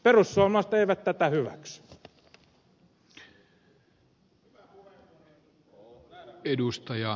perussuomalaiset eivät tätä hyväksy